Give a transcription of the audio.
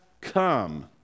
come